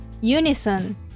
Unison